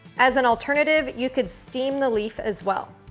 as an alternative, you could steam the leaf as well.